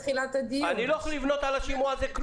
אני לא יכול לבנות כלום על השימוע הזה.